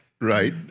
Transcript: Right